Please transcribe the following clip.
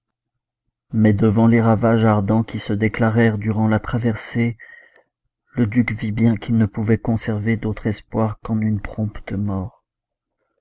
mais devant les ravages ardents qui se déclarèrent durant la traversée le duc vit bien qu'il ne pouvait conserver d'autre espoir qu'en une prompte mort